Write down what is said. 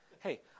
Hey